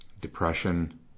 depression